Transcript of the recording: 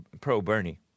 pro-Bernie